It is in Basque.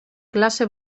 klase